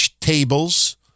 tables